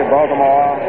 Baltimore